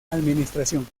administración